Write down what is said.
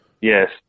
Yes